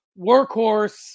workhorse